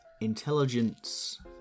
intelligence